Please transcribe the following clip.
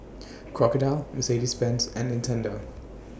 Crocodile Mercedes Benz and Nintendo